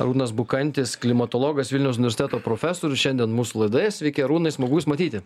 arūnas bukantis klimatologas vilniaus universiteto profesorius šiandien mūsų laidoje sveiki arūnai smagu jus matyti